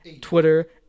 twitter